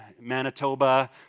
Manitoba